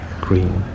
green